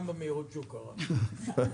גם במהירות שהיא נקראה.